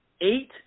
eight